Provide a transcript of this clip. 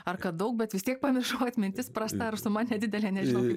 ar kad daug bet vis tiek pamiršau atmintis prasta ar suma nedidelė nežinau kaip